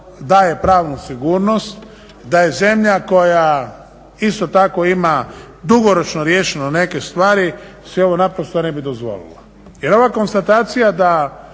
daje pravnu sigurnost, da je zemlja koja isto tako ima dugoročno riješeno neke stvari si ovo naprosto ne bi dozvolila. Jer ova konstatacija da